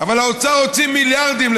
אבל האוצר הוציא מיליארדים,